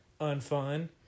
unfun